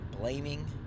blaming